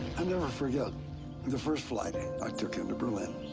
never forget the first flight i i took into berlin.